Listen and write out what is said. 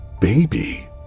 baby